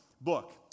book